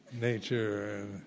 nature